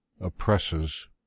oppresses